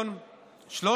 נתניהו,